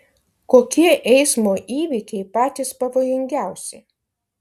kokie eismo įvykiai patys pavojingiausi